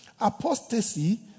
Apostasy